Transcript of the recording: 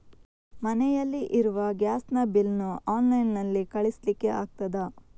ಮನೆಯಲ್ಲಿ ಇರುವ ಗ್ಯಾಸ್ ನ ಬಿಲ್ ನ್ನು ಆನ್ಲೈನ್ ನಲ್ಲಿ ಕಳಿಸ್ಲಿಕ್ಕೆ ಆಗ್ತದಾ?